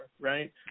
right